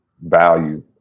value